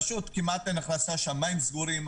פשוט כמעט אין הכנסה, השמיים סגורים.